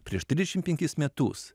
prieš trišim penkis metus